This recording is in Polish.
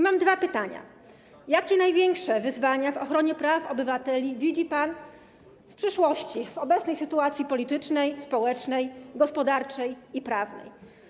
Mam dwa pytania: Jakie największe wyzwania w sferze ochrony praw obywateli widzi pan w przyszłości w obecnej sytuacji politycznej, społecznej, gospodarczej i prawnej?